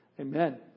Amen